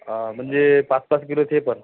हां म्हणजे पाच पाच किलो ते पण